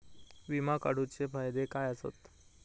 विमा काढूचे फायदे काय आसत?